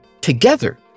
together